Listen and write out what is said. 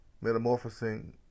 metamorphosing